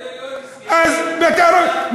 אוי אוי אוי, סתם, להרביץ לפלסטינים.